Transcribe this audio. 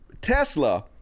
Tesla